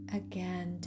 again